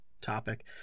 topic